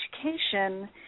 education